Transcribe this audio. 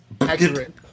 accurate